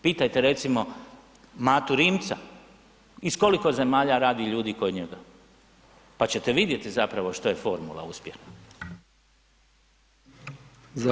Pitajte recimo Matu Rimca iz koliko zemalja radi ljudi kod njega pa ćete vidjeti zapravo što je formula uspjeha.